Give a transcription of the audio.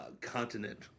continent